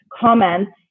comments